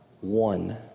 one